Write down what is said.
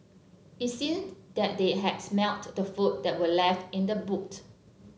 it seemed that they had smelt the food that were left in the boot